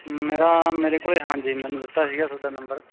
ਮੇਰਾ ਮੇਰੇ ਕੋਲ ਹਾਂਜੀ ਮੈਨੂੰ ਦਿੱਤਾ ਸੀਗਾ ਤੁਹਾਡਾ ਨੰਬਰ